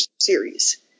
series